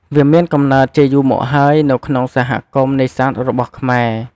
វាមានកំណើតជាយូរមកហើយ នៅក្នុងសហគមន៍នេសាទរបស់ខ្មែរ។